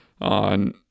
on